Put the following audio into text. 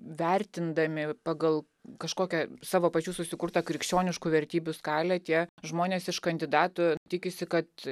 vertindami pagal kažkokią savo pačių susikurtą krikščioniškų vertybių skalę tie žmonės iš kandidatų tikisi kad